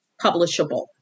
publishable